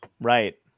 right